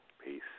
Peace